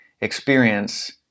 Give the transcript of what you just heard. experience